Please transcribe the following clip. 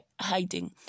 hiding